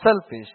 selfish